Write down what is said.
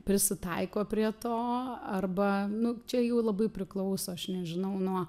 prisitaiko prie to arba nu čia jau labai priklauso aš nežinau nuo